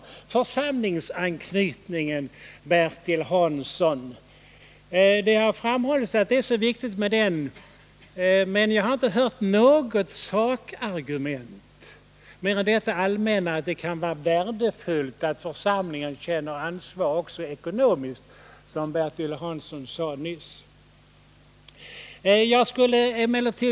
Det har framhållits att det är så viktigt med församlingsanknytningen, Bertil Hansson, men jag har inte hört något sakargument mer än att det kan vara värdefullt att församlingen känner ansvar också ekonomiskt, som Bertil Hansson sade nyss.